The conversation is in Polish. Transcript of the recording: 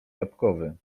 jabłkowy